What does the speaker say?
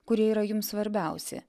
kurie yra jums svarbiausi